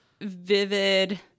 vivid